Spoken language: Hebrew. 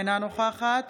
אינה נוכחת